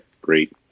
great